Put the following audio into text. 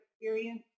experience